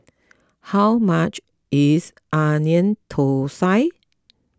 how much is Onion Thosai